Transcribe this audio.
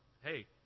hey